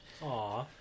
Aw